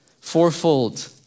Fourfold